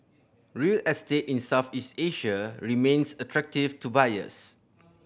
real estate in Southeast Asia remains attractive to buyers